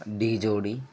D Jodi